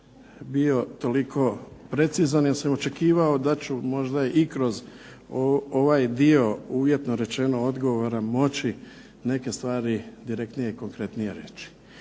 bio toliko precizan jer sam očekivao da ću možda i kroz ovaj dio uvjetno rečeno odgovora moći neke stvari direktnije i konkretnije reći.